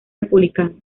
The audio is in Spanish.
republicanos